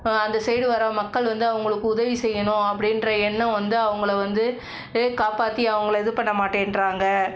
அந்த சைடு வர மக்கள் வந்து அவுங்களுக்கு உதவி செய்யணும் அப்படின்ற எண்ணம் வந்து அவங்கள வந்து காப்பாற்றி அங்க இது பண்ண மாட்டேன்கிறாங்க